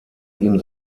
ihm